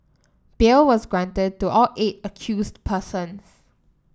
bail was granted to all eight accused persons